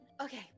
okay